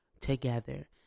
together